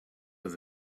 with